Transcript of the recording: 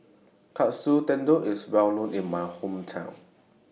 Katsu Tendon IS Well known in My Hometown